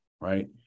right